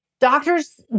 Doctors